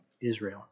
Israel